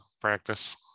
Practice